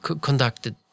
conducted